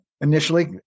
initially